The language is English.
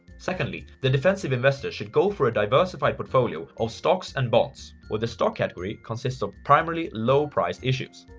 secondly, the defensive investor should go for a diversified portfolio of stocks and bonds, where the stock category consists of primarily low-priced issues.